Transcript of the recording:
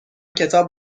کتاب